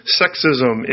sexism